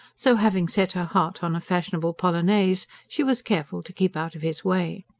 so, having set her heart on a fashionable polonaise, she was careful to keep out of his way.